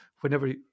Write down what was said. whenever